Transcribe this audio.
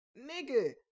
nigga